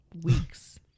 weeks